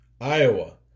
Iowa